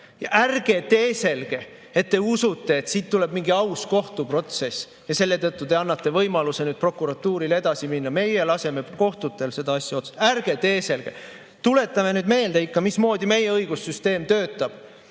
Ja ärge teeselge, et te usute, et siit tuleb mingi aus kohtuprotsess ja selle tõttu te annate võimaluse nüüd prokuratuuril edasi minna: meie laseme kohtutel seda asja otsustada. Ärge teeselge! Tuletame nüüd ikka meelde, mismoodi meie õigussüsteem töötab.